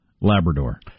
Labrador